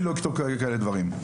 אני לא אכתוב כאלה דברים,